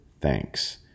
THANKS